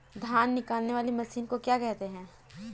धान निकालने वाली मशीन को क्या कहते हैं?